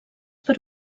per